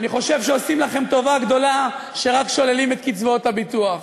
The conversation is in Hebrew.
אני חושב שעושים לכם טובה גדולה שרק שוללים את קצבאות הביטוח הלאומי.